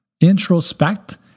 introspect